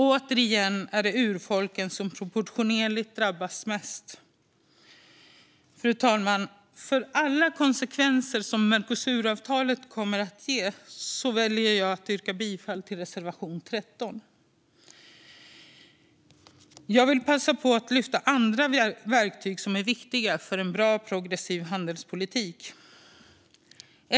Återigen är det urfolken som proportionellt drabbats mest. Fru talman! På grund av Mercosuravtalets alla konsekvenser väljer jag att yrka bifall till reservation 13. Jag vill passa på att lyfta upp andra verktyg som är viktiga för en bra progressiv handelspolitik.